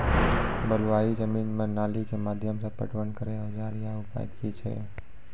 बलूआही जमीन मे नाली के माध्यम से पटवन करै औजार या उपाय की छै?